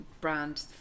brand